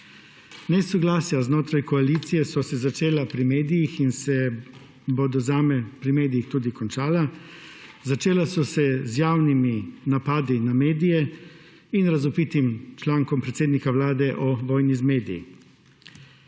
Nesoglasja znotraj koalicije so se začela pri medijih in se bodo zame pri medijih tudi končala. Začela so se z javnimi napadi na medije in razvpitim člankom predsednika Vlade o vojni zmedi.